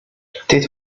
tais